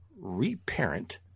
reparent